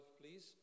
please